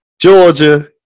Georgia